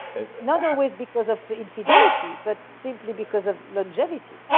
another way is because of infidelity but simply because of longevity